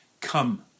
come